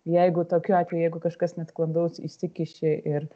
jeigu tokiu atveju jeigu kažkas nesklandaus įsikiši ir